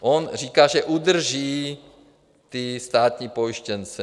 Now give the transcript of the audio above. On říká, že udrží ty státní pojištěnce.